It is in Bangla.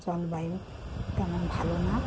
জলবায়ু তেমন ভালো না